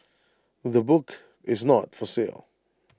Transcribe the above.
the book is not for sale